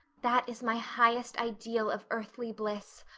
that is my highest ideal of earthly bliss.